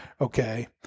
Okay